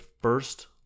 first